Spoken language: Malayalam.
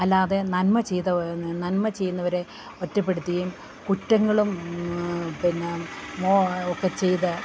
അല്ലാതെ നന്മ ചെയ്ത നന്മ ചെയ്യുന്നവരെ ഒറ്റപ്പെടുത്തെയും കുറ്റങ്ങളും പിന്നെ ഒക്കെ ചെയ്ത്